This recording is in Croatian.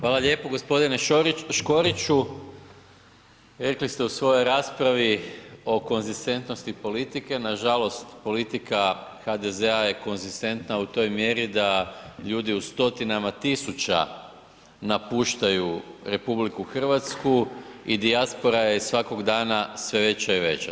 Hvala lijepo g. Škoriću, rekli ste u svojoj raspravi o konzistentnosti politike, nažalost politika HDZ-a je konzistentna u toj mjeri da ljudi u stotinama tisuća napuštaju RH i dijaspora je svakog dana sve veća i veća.